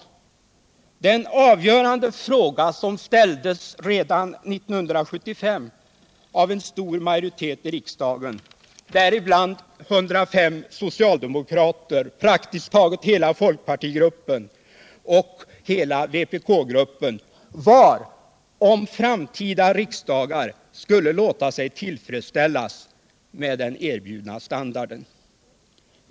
Den avgörande fråga som ställdes redan 1975 av en stor minoritet i riksdagen, däribland 105 socialdemokrater, praktiskt taget hela folkpartigruppen och hela vpk-gruppen, var om framtida riksdagar skulle låta sig tillfredsställas med den erbjudna standarden.